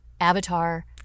Avatar